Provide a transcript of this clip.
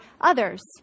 others